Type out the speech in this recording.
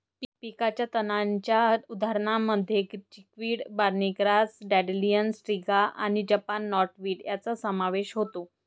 पिकाच्या तणांच्या उदाहरणांमध्ये chickweed, barney grass, dandelion, striga आणि जपानी नॉटवीड यांचा समावेश होतो